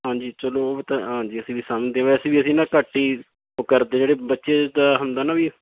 ਹਾਂਜੀ ਚਲੋ ਤਾਂ ਹਾਂਜੀ ਅਸੀਂ ਵੀ ਸਮਝਦੇ ਹਾਂ ਵੈਸੇ ਵੀ ਅਸੀਂ ਨਾ ਘੱਟ ਹੀ ਉਹ ਕਰਦੇ ਜਿਹੜੇ ਬੱਚੇ ਦਾ ਹੁੰਦਾ ਨਾ ਵੀ